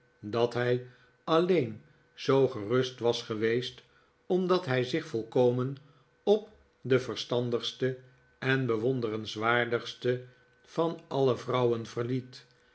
dat hij alleen zoo gerust was geweest omdat hij zich zoo volkomen op de verstandigste en bewonderenswaardigste van alle vrouwen verliet